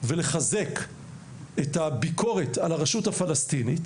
ולחזק את הביקורת על הרשות הפלסטינית,